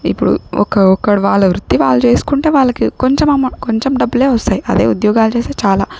ఇప్పుడు ఒక ఒకడు వాళ్ళ వృత్తి వాళ్ళు చేసుకుంటే వాళ్ళకి కొంచెం అమౌ కొంచెం డబ్బులే వస్తాయి అదే ఉద్యోగాలు చేస్తే చాలా